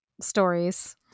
stories